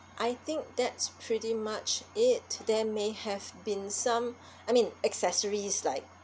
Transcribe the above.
I think that's pretty much it there may have been some I mean accessories like